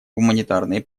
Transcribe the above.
гуманитарной